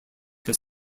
have